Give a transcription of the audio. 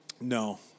No